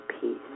peace